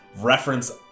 reference